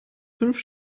fünf